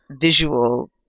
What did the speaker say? visual